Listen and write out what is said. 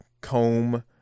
comb